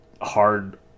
hard